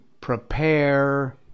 prepare